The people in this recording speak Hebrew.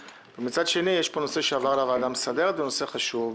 ומצד שני יש פה נושא שעבר לוועדה המסדרת וזה נושא חשוב.